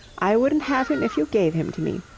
i wouldn't have him if you gave him to me.